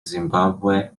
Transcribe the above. zimbabwe